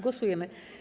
Głosujemy.